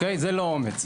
זה לא אומץ.